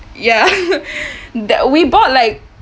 ya that we bought like